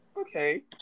Okay